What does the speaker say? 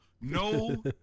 no